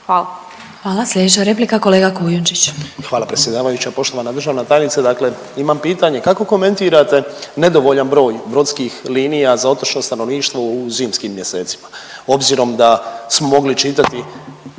Hvala. Sljedeća replika kolega Kujundžić. **Kujundžić, Ante (MOST)** Hvala predsjedavajuća. Poštovana državna tajnice, dakle imam pitanje. Kako komentirate nedovoljan broj brodskih linija za otočno stanovništvo u zimskim mjesecima, obzirom da smo mogli čitati